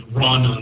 run